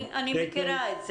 כן, אני מכירה את זה.